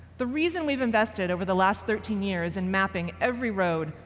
the reason we've invested over the last thirteen years in mapping every road,